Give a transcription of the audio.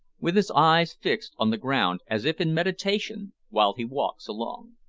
with his eyes fixed on the ground, as if in meditation, while he walks along.